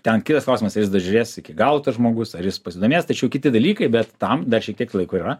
ten kitas klausimas ar jis dažiūrės iki galo tas žmogus ar jis pasidomės tačiau kiti dalykai bet tam dar šiek tiek laiko yra